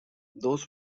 those